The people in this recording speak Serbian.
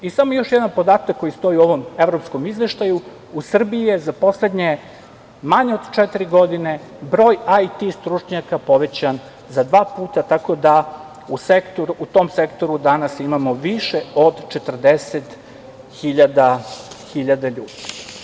Samo još jedan podatak koji stoji u ovom evropskom izveštaju, u Srbiji je poslednje manje od četiri godine broj IT stručnjaka povećan za dva puta, tako da u tom sektoru danas imamo više od 40 hiljada ljudi.